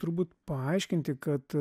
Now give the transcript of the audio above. turbūt paaiškinti kad